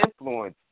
influence